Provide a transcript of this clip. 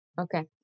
Okay